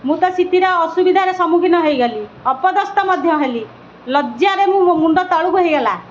ମୁଁ ତ ସେଥିର ଅସୁବିଧାରେ ସମ୍ମୁଖୀନ ହୋଇଗଲି ଅପଦସ୍ତ ମଧ୍ୟ ହେଲି ଲଜ୍ଜ୍ୟାରେ ମୁଁ ମୁଣ୍ଡ ତଳକୁ ହେଇଗଲା